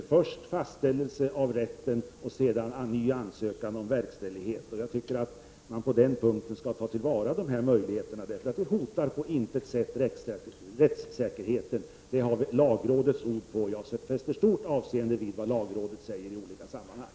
I dag måste man först ha fastställelse av rätten, och sedan måste man göra en ny ansökan om verkställighet. Jag tycker att man på den punkten skall ta vara på dessa möjligheter, eftersom det på intet sätt hotar rättssäkerheten. Det har vi lagrådets ord på. Jag fäster stort avseende vid vad lagrådet säger i olika sammanhang.